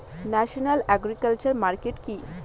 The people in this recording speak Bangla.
ন্যাশনাল এগ্রিকালচার মার্কেট কি?